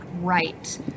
right